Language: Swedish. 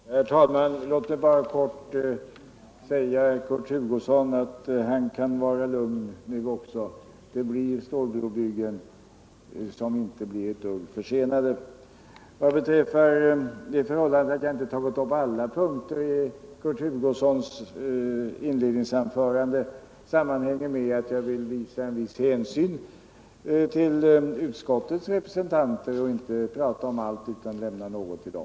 Herr talman! Låt mig bara kort säga till Kurt Hugosson att han kan vara lugn också nu. Det blir stålbrobyggen, som inte kommer att vara ett dugg försenade. Vad beträffar det förhållandet att jag inte tagit upp alla punkter i Kurt Hugossons inledningsanförande sammanhänger detta med att jag av hänsyn till utskottets representanter inte vill ta upp allt utan vill lämna något också till dem.